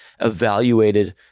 evaluated